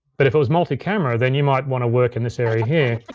but if it was multicamera, then you might wanna work in this area here.